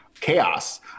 chaos